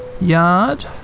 yard